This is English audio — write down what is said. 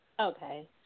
Okay